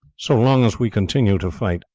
so long as we continue to fight,